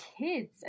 kids